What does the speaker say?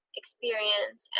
experience